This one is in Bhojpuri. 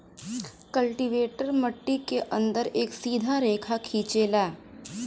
कल्टीवेटर मट्टी के अंदर एक सीधा रेखा खिंचेला